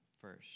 first